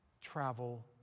travel